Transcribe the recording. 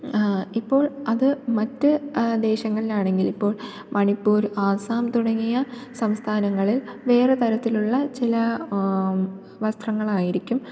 ഇപ്പോൾ അത് മറ്റു ദേശങ്ങളിൽ ആണെങ്കിൽ ഇപ്പോൾ മണിപ്പൂർ ആസാം തുടങ്ങിയ സംസ്ഥാനങ്ങളിൽ വേറെ തരത്തിലുള്ള ചില വസ്ത്രങ്ങൾ ആയിരിക്കും